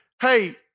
Hey